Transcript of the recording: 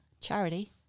Charity